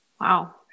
Wow